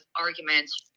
arguments